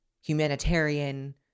humanitarian